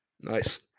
Nice